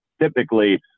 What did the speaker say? typically